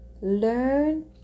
learn